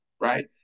right